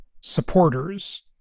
supporters